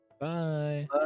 Bye